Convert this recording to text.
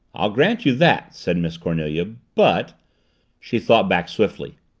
i'll grant you that, said miss cornelia. but she thought back swiftly.